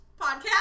podcast